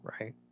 right